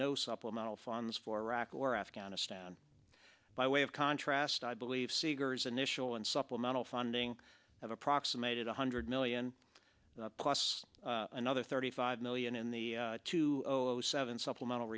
no supplemental funds for iraq or afghanistan by way of contrast i believe seeger's initial and supplemental funding have approximated one hundred million plus another thirty five million in the two zero zero seven supplemental